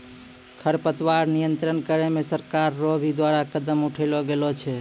खरपतवार नियंत्रण करे मे सरकार रो भी द्वारा कदम उठैलो गेलो छै